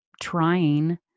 trying